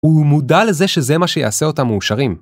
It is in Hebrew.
הוא מודע לזה שזה מה שיעשה אותם מאושרים.